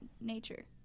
nature